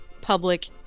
public